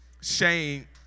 Shame